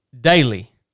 daily